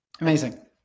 amazing